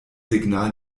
signal